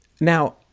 Now